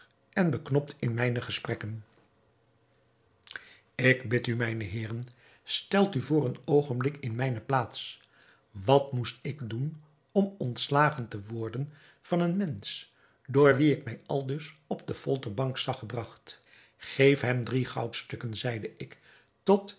en beknopt in mijne gesprekken ik bid u mijne heeren stelt u voor een oogenblik in mijne plaats wat moest ik doen om ontslagen te worden van een mensch door wien ik mij aldus op de folterbank zag gebragt geef hem drie goudstukken zeide ik tot